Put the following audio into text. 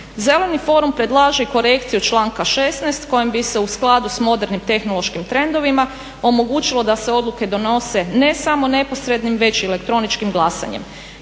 Zeleni forum predlaže korekciju članka 16. kojom bi se u skladu sa modernim tehnološkim trendovima omogućilo da se odluke donose ne samo neposrednim već i elektroničkim glasanjem.